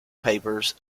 papers